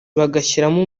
bagashyiramo